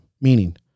meaning